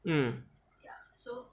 mm